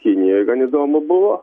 kinijoj gan įdomu buvo